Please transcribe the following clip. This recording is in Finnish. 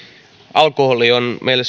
alkoholi on meille